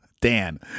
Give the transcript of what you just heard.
Dan